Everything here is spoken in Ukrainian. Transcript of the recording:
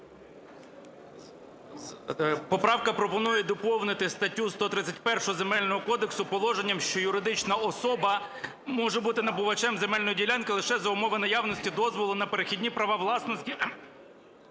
Поправка пропонує доповнити статтю 131 Земельного кодексу положенням, що юридична особа може бути набувачем земельної ділянки лише за умови наявності дозволу на перехідні права власності